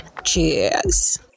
Cheers